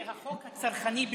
זה החוק הצרכני ביותר,